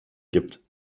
gibt